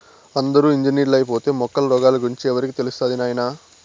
అందరూ ఇంజనీర్లైపోతే మొక్కల రోగాల గురించి ఎవరికి తెలుస్తది నాయనా